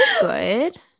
good